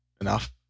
enough